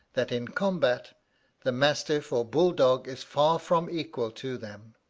that in combat the mastiff or bull-dog is far from equal to them.